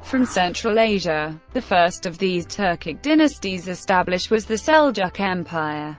from central asia. the first of these turkic dynasties established was the seljuk empire,